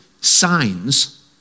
signs